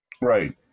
Right